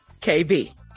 KB